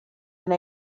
been